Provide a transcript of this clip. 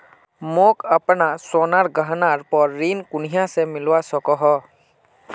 मोक अपना सोनार गहनार पोर ऋण कुनियाँ से मिलवा सको हो?